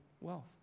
wealth